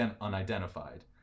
unidentified